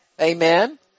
Amen